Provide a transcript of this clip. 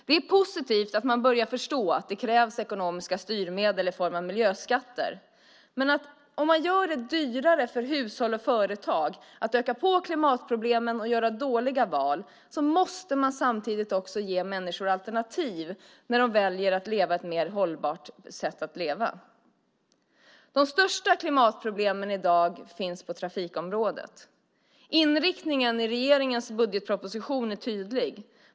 Det är positivt att man börjar förstå att det krävs ekonomiska styrmedel i form av miljöskatter, men om man gör det dyrare för hushåll och företag att öka på klimatproblemen och göra dåliga val måste man samtidigt också ge människor alternativ när de väljer ett mer hållbart sätt att leva. De största klimatproblemen i dag finns på trafikområdet. Inriktningen i regeringens budgetproposition är tydlig.